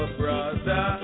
brother